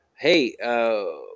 Hey